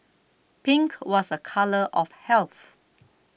pink was a colour of health